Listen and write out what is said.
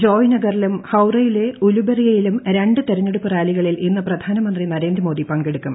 ജോയ്നഗറിലും ഹൌറയിലെ ഉലുബെറിയയിലും രണ്ട് തെരഞ്ഞെടുപ്പ് റാലികളിൽ ഇന്ന് പ്രധാനമന്ത്രി നരേന്ദ്രമോദി പങ്കെടുക്കും